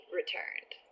returned